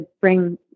bring